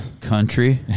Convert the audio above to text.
country